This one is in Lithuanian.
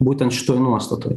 būtent šitoj nuostatoj